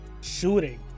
shooting